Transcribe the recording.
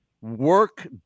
work